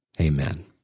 Amen